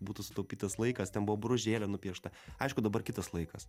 būtų sutaupytas laikas ten buvo boružėlė nupiešta aišku dabar kitas laikas